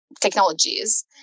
technologies